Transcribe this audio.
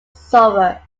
sober